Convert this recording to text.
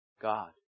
God